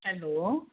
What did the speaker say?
hello